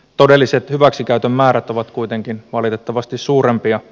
todelliset hyväksikäytön määrät ovat kuitenkin valitettavasti suurempia